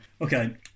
Okay